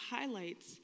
highlights